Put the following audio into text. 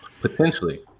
potentially